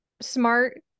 smart